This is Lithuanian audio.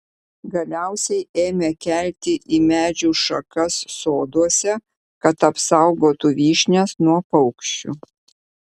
galiausiai ėmė kelti į medžių šakas soduose kad apsaugotų vyšnias nuo paukščių